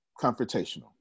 confrontational